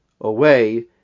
away